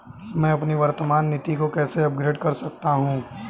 मैं अपनी वर्तमान नीति को कैसे अपग्रेड कर सकता हूँ?